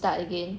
start again